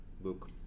book